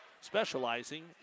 specializing